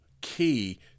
key